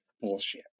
bullshit